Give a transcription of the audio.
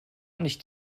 nicht